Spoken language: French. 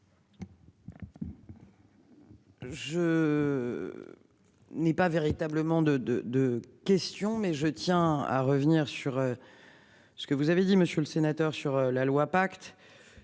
Je. N'ai pas véritablement de de de. Question, mais je tiens à revenir sur. Ce que vous avez dit monsieur le sénateur sur la loi pacte.